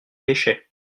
pêchaient